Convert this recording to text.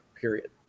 period